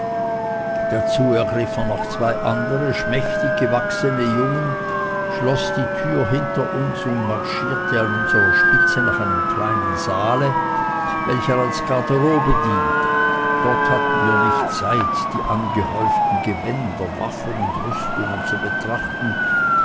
dazu ergriff er noch zwei andere schmächtig gewachsene jungen schloß die tür hinter uns und marschierte an unserer spitze nach einem kleinen saale welcher als garderobe diente dort hatten wir nicht zeit die aufgehäuften gewänder waffen und rüstungen zu betrachten